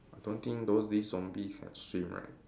I don't think though these zombies can swim right